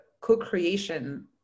co-creation